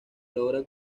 logra